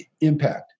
impact